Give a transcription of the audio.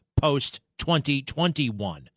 post-2021